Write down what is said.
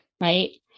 Right